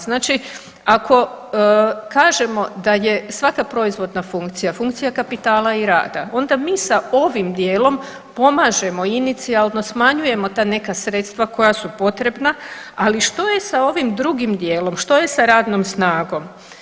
Znači ako kažemo da je svaka proizvodna funkcija funkcija kapitala i rada onda mi sa ovim dijelom pomažemo i inicijalno smanjujemo ta neka sredstva koja su potrebna, ali što je sa ovim drugim dijelom, što je sa radnom snagom?